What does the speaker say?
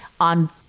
on